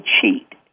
cheat